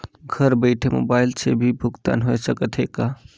घर बइठे मोबाईल से भी भुगतान होय सकथे का?